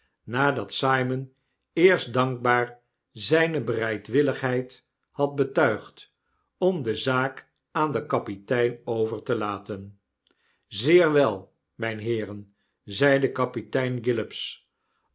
nadat simon eerst dankbaar zyne bereidwilligheid had betuigd om de zaak aan den kapitein over te laten zeer wel mynheeren zeide kapitein